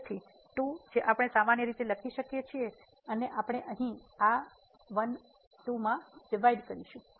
તેથી 2 જે આપણે સામાન્ય લઈ શકીએ છીએ અને આપણે અહીં આ 12 માં ડિવાઈડ કરીશું